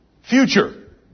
Future